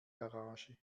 garage